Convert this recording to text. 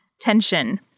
tension